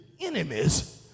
enemies